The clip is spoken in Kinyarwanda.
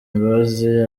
imbabazi